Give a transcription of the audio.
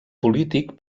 polític